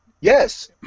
Yes